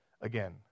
again